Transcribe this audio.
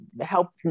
help